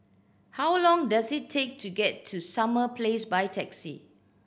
how long does it take to get to Summer Place by taxi